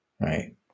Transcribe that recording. Right